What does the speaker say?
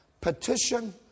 petition